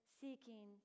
seeking